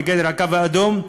מגדר הקו האדום,